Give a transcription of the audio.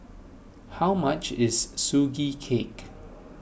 how much is Sugee Cake